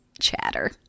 chatter